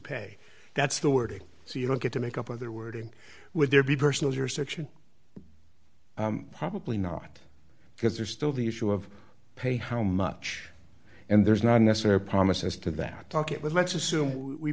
pay that's the wording so you don't get to make up other wording would there be personal jurisdiction probably not because there's still the issue of pay how much and there's not necessary promises to that talk it with let's assume we